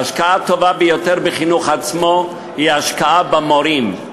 ההשקעה הטובה ביותר בחינוך עצמו היא ההשקעה במורים,